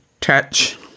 touch